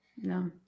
no